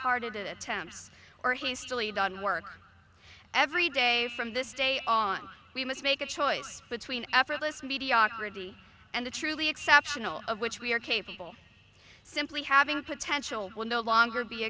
hearted attempts or hastily done work every day from this day on we must make a choice between effortless mediocrity and the truly exceptional of which we are capable of simply having potential will no longer be